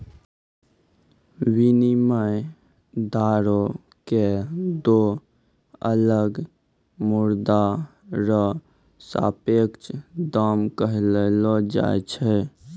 विनिमय दरो क दो अलग मुद्रा र सापेक्ष दाम कहलो जाय छै